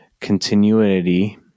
continuity